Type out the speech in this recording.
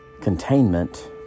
containment